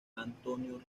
antonio